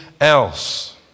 else